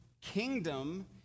kingdom